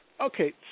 Okay